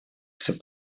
все